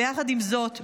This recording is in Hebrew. ויחד עם זאת,